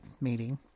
meeting